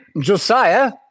Josiah